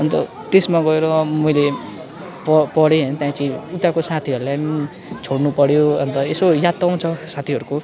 अन्त त्यसमा गएर मैले प पढेँ होइन त्यहाँ पछि उताको साथीहरूलाई पनि छोडनु पऱ्यो अन्त यसो याद त आउँछ साथीहरूको